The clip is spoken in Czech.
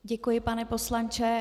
Děkuji, pane poslanče.